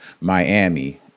Miami